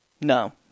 No